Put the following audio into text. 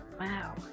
Wow